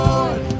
Lord